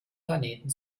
planeten